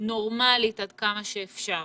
נורמלית עד כמה שאפשר.